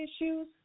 issues